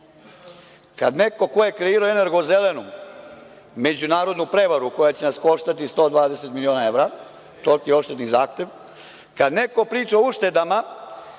kad neko ko je kreirao „Energozelenum“, međunarodnu prevaru koja će nas koštati 120 miliona evra, toliki je odštetni zahtev, kad neko priča o uštedama,